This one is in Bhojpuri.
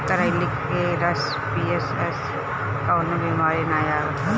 करइली के रस पीयब तअ कवनो बेमारी नाइ होई